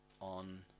on